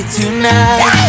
tonight